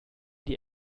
die